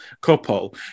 couple